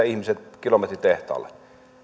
ihmiset kilometritehtaalle